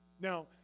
Now